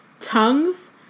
tongues